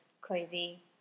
crazy